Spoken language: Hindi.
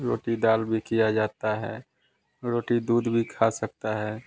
रोटी दाल भी किया जाता है रोटी दूध भी खा सकता है